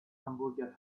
hamburger